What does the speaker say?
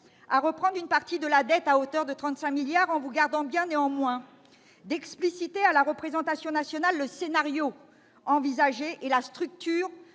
à reprendre une partie de la dette à hauteur de 35 milliards d'euros. Vous vous gardez bien, toutefois, d'expliciter à la représentation nationale le scénario envisagé et la structure